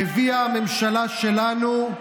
שהביאה הממשלה שלנו,